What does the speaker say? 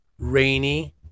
Rainy